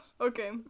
Okay